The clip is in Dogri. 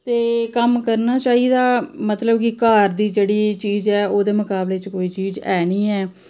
ते कम्म करना चाहिदा मतलब कि घर दी जेह्ड़ी चीज ऐ ओह्दे मकाबले च कोई चीज ऐ गै निं ऐ